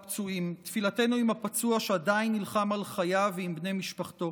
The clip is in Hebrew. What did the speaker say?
תפילתנו עם הפצוע שעדיין נלחם על חייו ועם בני משפחתו.